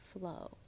flow